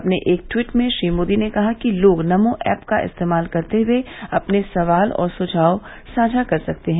अपने एक ट्वीट में श्री मोदी ने कहा कि लोग नमो एप का इस्तेमाल करते हुए अपने सवाल और सुझाव साझा कर सकते हैं